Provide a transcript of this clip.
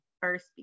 first